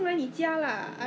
不是 leh 不是这个名